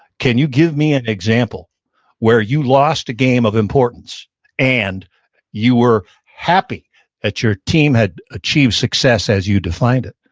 can you give me an example where you lost a game of importance and you were happy that your team had achieved success as you define it?